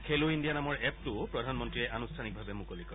খেলো ইণ্ডিয়া নামৰ এপটোও প্ৰধানমন্ত্ৰীয়ে আনুষ্ঠানিকভাৱে মুকলি কৰে